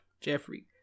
Jeffrey